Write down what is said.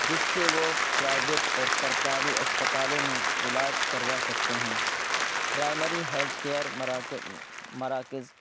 جس سے وہ پرائیویٹ اور سرکاری اسپتالوں میں علاج کروا سکتے ہیں پرائمری ہیلتھ کیئر مراکز